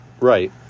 right